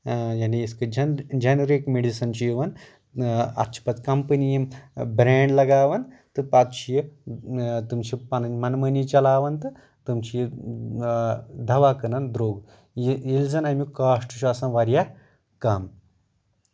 یعنی یِتھۍ کٔنۍ جن جینرِکۍ میڈسن چھُ یِوان اَتھ چھُ پَتہٕ کَمپنی یِم بریٚنٛڈ لگاوان تہٕ پَتہٕ چھِ یہِ تِم چھِ پَنٕنۍ منمٲنی چلاوان تہٕ تِم چھِ یہِ دوہ کٕنان درٛوٚگ یہِ ییٚلہِ زَن اَمیُک کاسٹ چھُ آسان واریاہ کَم